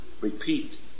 repeat